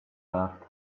laughed